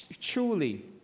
truly